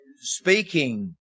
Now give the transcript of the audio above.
speaking